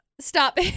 stop